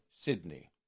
Sydney